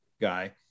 guy